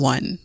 One